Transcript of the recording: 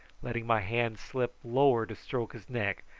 letting my hand slip lower to stroke his neck,